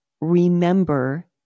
remember